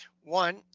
one